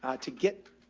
ah to get, ah,